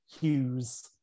Hughes